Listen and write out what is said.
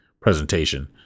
presentation